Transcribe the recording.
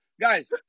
Guys